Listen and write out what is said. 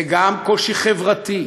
זה גם קושי חברתי,